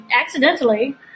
accidentally